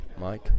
Mike